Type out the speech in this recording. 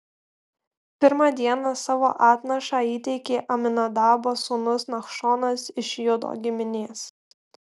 pirmą dieną savo atnašą įteikė aminadabo sūnus nachšonas iš judo giminės